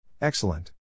Excellent